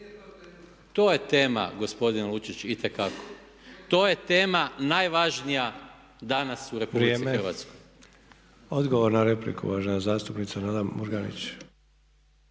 To je tema, gospodine Lučić, itekako. To je tema najvažnija danas u RH. **Sanader, Ante (HDZ)** Odgovor na repliku, uvažena zastupnica Nada Murganić.